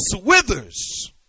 withers